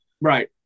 Right